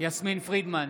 יסמין פרידמן,